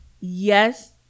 yes